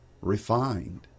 refined